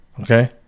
okay